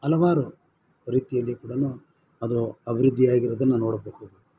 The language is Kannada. ಹಲವಾರು ರೀತಿಯಲ್ಲಿ ಕೂಡ ಅದು ಅಭಿವೃದ್ದಿಯಾಗಿರೋದನ್ನು ನೋಡಬಹುದು